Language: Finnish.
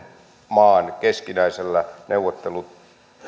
maan keskinäisellä neuvottelutiellä